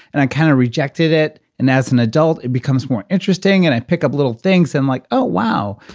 and i kind of rejected it. and as an adult, it becomes more interesting. and i pick up little things and like, oh, wow,